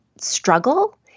struggle